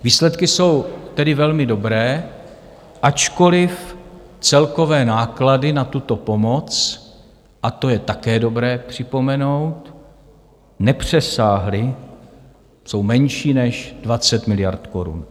Výsledky jsou tedy velmi dobré, ačkoliv celkové náklady na tuto pomoc, a to je také dobré připomenout, nepřesáhly, jsou menší než 20 miliard korun.